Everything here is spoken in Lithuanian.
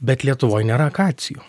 bet lietuvoje nėra akacijų